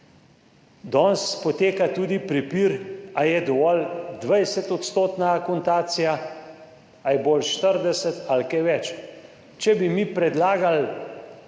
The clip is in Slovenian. Danes poteka tudi prepir ali je dovolj 20 % akontacija ali je bolj 40 ali kaj več. Če bi mi predlagali